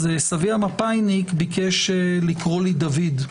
סבי המפא"יניק ביקש לקרוא לי דוד,